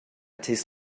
tastes